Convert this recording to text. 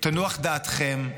תנוח דעתכם,